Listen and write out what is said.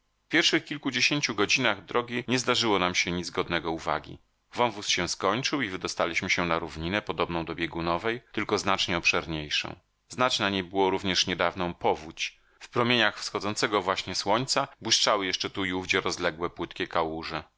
pierwszych kilkudziesięciu godzinach drogi nie zdarzyło nam się nic godnego uwagi wąwóz się skończył i wydostaliśmy się na równinę podobną do biegunowej tylko znacznie obszerniejszą znać na niej było również niedawną powódź w promieniach wschodzącego właśnie słońca błyszczały jeszcze tu i owdzie rozlegle płytkie kałuże